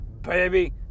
baby